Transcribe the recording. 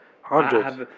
Hundreds